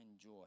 joy